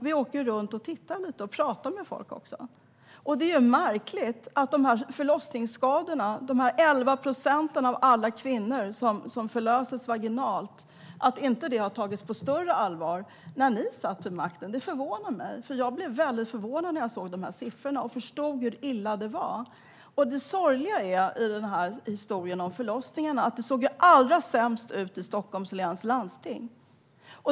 Vi åker runt och tittar och pratar med folk. Det är märkligt att förlossningsskadorna - det handlar om 11 procent av alla kvinnor som föder vaginalt - inte togs på större allvar när ni satt vid makten. Det förvånar mig. Jag blev väldigt förvånad när jag såg siffrorna och förstod hur illa det var. Det sorgliga i historien om förlossningarna är att det såg allra sämst ut i Stockholms läns landsting.